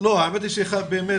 קודם כל במובן הזה שהיום למעלה מחצי